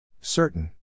Certain